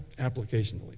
applicationally